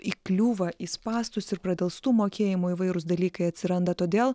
įkliūva į spąstus ir pradelstų mokėjimų įvairūs dalykai atsiranda todėl